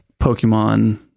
Pokemon